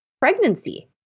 pregnancy